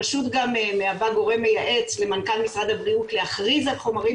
הרשות גם מהווה גורם מייעץ למנכ"ל משרד הבריאות להכריז על חומרים